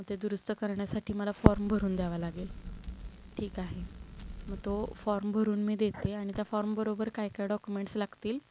मग ते दुरुस्त करण्यासाठी मला फॉर्म भरून द्यावं लागेल ठीक आहे मग तो फॉर्म भरून मी देते आणि त्या फॉर्म बरोबर काय काय डॉक्युमेंट्स लागतील